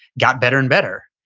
got better and better.